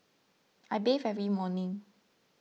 I bathe every morning